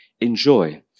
enjoy